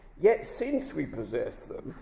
yet, since we possess them,